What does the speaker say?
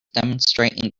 demonstrating